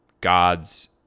God's